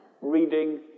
reading